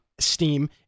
steam